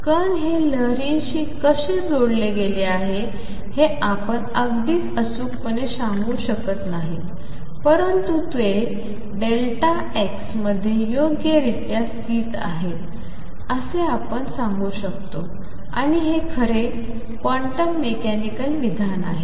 कण हे लहरीशी कसे जोडले गेले आहे हे आपण अगदीच अचूकपणे सांगू शकत नाही परंतु ते Δx मध्ये योग्यरित्या स्थित आहेत असे आपण सांगू शकतो आणि हेच खरे क्वांटम मेकॅनिकल विधान आहे